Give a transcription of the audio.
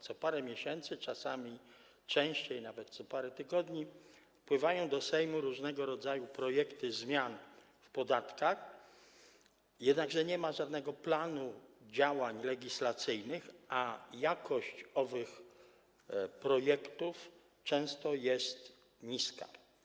Co parę miesięcy, czasami nawet częściej, co parę tygodni wpływają do Sejmu różnego rodzaju projekty zmian w podatkach, jednakże nie ma żadnego planu działań legislacyjnych, a jakość owych projektów często jest niska.